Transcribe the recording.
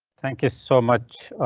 thank you so much,